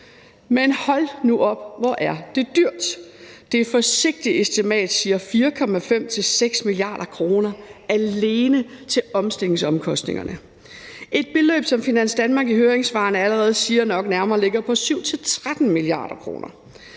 Men hold nu op, hvor er det dyrt. Det forsigtige estimat siger 4,5-6 mia. kr. alene til omstillingsomkostningerne, et beløb, som Finans Danmark i høringssvarene allerede siger nok nærmere ligger på 7-13 mia. kr.